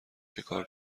چیکار